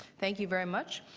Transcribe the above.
thank you very much.